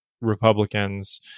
Republicans